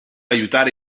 aiutare